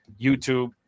YouTube